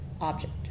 object